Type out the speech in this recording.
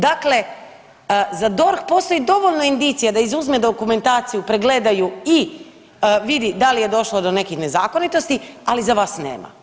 Dakle, za DORH postoji dovoljno indicija da izuzme dokumentaciju, pregleda ju i vidi da li došlo do nekih nezakonitosti, ali za vas nema.